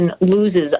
loses